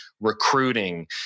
recruiting